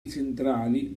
centrali